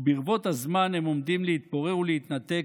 וברבות הזמן הם עומדים להתפורר ולהתנתק